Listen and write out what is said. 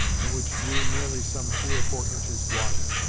and which drew merely some three or four inches water.